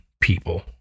people